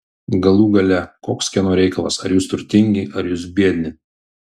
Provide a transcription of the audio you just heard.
galų gale koks kieno reikalas ar jūs turtingi ar jūs biedni